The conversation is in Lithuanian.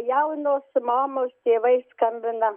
jaunos mamos tėvai skambina